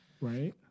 Right